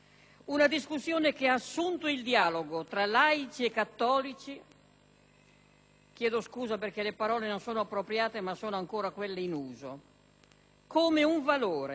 chiedo scusa perché le parole non sono appropriate ma sono ancora quelle in uso - come un valore, come una opportunità storica per il nostro Paese, un elemento irrinunciabile